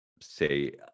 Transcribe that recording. say